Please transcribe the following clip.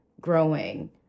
growing